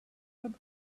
arab